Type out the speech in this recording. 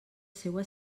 seua